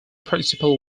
principal